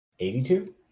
82